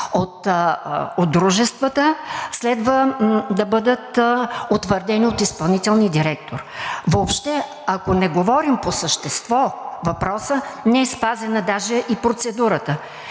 от дружествата следва да бъдат утвърдени от изпълнителния директор. Въобще ако не говорим по същество на въпроса, не е спазена даже и процедурата.